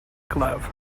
glove